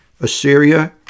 Assyria